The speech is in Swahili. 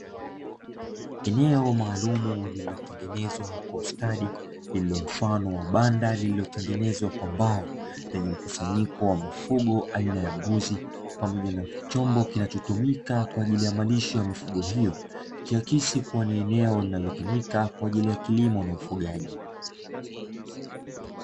Eneo maalum lililotengenezwa kwa ustadi lililo mfano wa banda lililotengenezwa kwa mbao lenye mkusanyiko wa mfugo aina ya mbuzi pamoja na chombo kinachotumika kwa ajili ya malisho ya mifugo hiyo. ikiakisi kuwa ni eneo linalotumika kwa ajili ya kilimo na ufugaji.